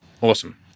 Awesome